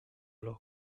los